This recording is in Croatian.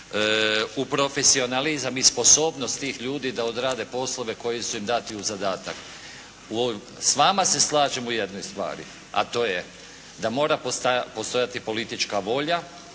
u profesionalizam i sposobnost tih ljudi da odrade poslove koji su im dati u zadatak. S vama se slažem u jednoj stvari, a to je, da mora postojati politička volja,